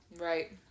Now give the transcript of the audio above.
Right